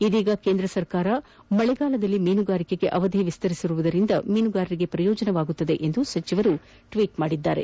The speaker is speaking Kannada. ಇದೀಗ ಕೇಂದ್ರ ಸರ್ಕಾರ ಮಳೆಗಾಲದಲ್ಲಿ ಮೀನುಗಾರಿಕೆಗೆ ಅವಧಿ ವಿಸ್ತರಿಸಿರುವುದರಿಂದ ಮೀನುಗಾರರಿಗೆ ಪ್ರಯೋಜನವಾಗಲಿದೆ ಎಂದು ಸಚಿವರು ಟ್ವೀಟ್ ಮಾಡಿದ್ದಾರೆ